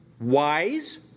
wise